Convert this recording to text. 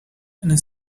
and